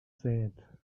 sät